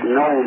no